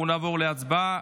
אנחנו נעבור להצבעה.